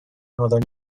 northern